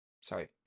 sorry